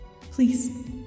Please